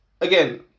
again